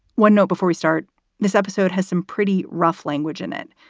one note before we start this episode has some pretty rough language in it,